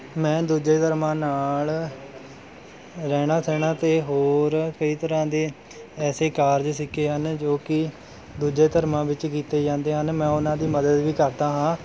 ਮੈਂ ਦੂਜੇ ਧਰਮਾਂ ਨਾਲ਼ ਰਹਿਣਾ ਸਹਿਣਾ ਅਤੇ ਹੋਰ ਕਈ ਤਰ੍ਹਾਂ ਦੇ ਐਸੇ ਕਾਰਜ ਸਿੱਖੇ ਹਨ ਜੋ ਕਿ ਦੂਜੇ ਧਰਮਾਂ ਵਿੱਚ ਕੀਤੇ ਜਾਂਦੇ ਹਨ ਮੈਂ ਉਹਨਾਂ ਦੀ ਮਦਦ ਵੀ ਕਰਦਾ ਹਾਂ